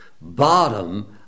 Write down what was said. bottom